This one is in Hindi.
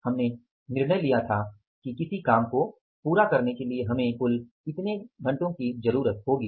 हमने निर्णय लिया था कि किसी काम को पूरा करने के लिए हमें इतने कुल घंटो की जरुरत होगी